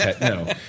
No